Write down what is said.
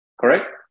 correct